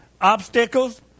obstacles